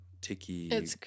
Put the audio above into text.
ticky